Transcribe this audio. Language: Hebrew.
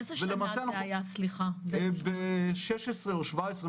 זה היה ב-16' או ב-17'.